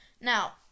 Now